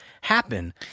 happen